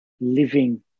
living